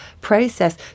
process